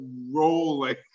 rolling